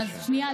שנייה.